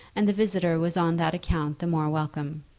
and the visitor was on that account the more welcome.